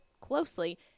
closely